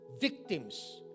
victims